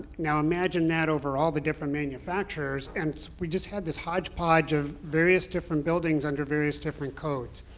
now imagine that over all the different manufacturers, and we just had this hodgepodge of various different buildings under various different codes.